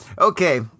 Okay